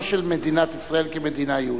לא של מדינת ישראל כמדינה יהודית.